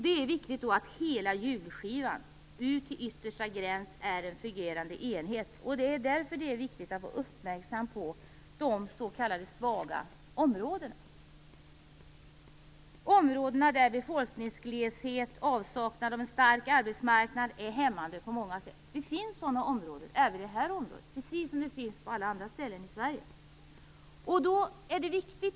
Det är viktigt att hela hjulskivan ut till yttersta gräns är en fungerande enhet. Därför måste man vara uppmärksam på att det finns s.k. svaga områden. Det rör sig om områden där befolkningsgleshet och avsaknad av en stark arbetsmarknad är hämmande på många sätt. Det finns sådana områden även i den här regionen, precis som det finns på alla andra ställen i Sverige.